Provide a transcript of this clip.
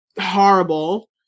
horrible